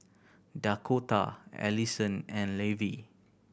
Dakotah Alyson and Levie